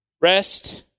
rest